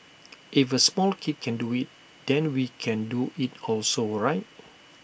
if A small kid can do IT then we can do IT also right